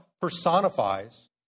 personifies